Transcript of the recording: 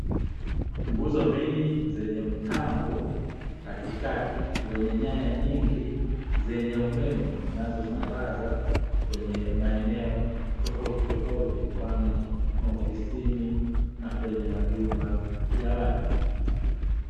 Nguzo mbili zenye mtambo katikati wenye nyaya nyingi zenye umeme zinazosambaza kwenye maeneo tofautitofauti, mfano maofisini na kwenye majumba ya watu.